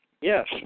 Yes